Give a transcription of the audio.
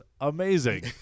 amazing